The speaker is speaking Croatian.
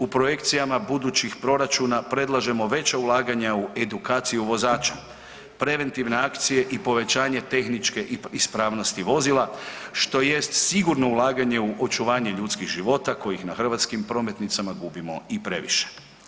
U projekcijama budućih proračuna predlažemo veća ulaganja u edukaciju vozača, preventivne akcije i povećanje tehničke ispravnosti vozila što jest sigurno ulaganje u očuvanje ljudskih života kojih na hrvatskim prometnicama gubimo i previše.